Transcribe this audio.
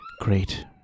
Great